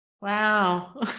Wow